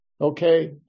okay